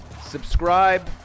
subscribe